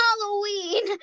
Halloween